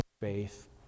faith